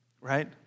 right